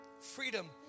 Freedom